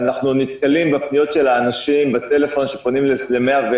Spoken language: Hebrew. אנחנו נתקלים בפניות של אנשים בטלפון שפונים ל-101,